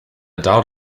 doubt